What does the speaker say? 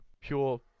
pure